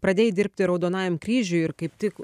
pradėjai dirbti raudonajam kryžiuj ir kaip tik